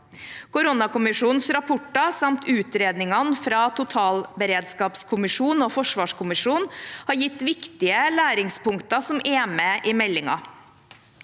Koronakommisjonenes rapporter samt utredningene fra totalberedskapskommisjonen og forsvarskommisjonen har gitt viktige læringspunkter som er med i meldingen.